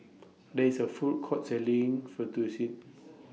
There IS A Food Court Selling Fettuccine